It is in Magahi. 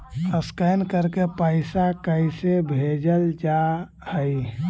स्कैन करके पैसा कैसे भेजल जा हइ?